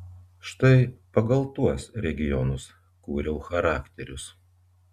štai pagal tuos regionus kūriau charakterius